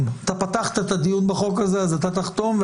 פתחת את הדיון בחוק הזה ואתה תחתום אותו.